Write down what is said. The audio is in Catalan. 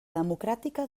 democràtica